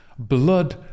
blood